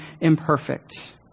imperfect